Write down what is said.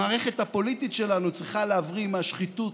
המערכת הפוליטית שלנו צריכה להבריא מהשחיתות,